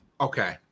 Okay